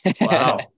Wow